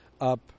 up